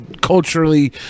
culturally